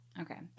Okay